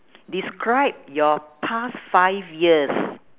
describe your past five years